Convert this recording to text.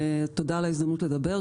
תודה על ההזדמנות לדבר.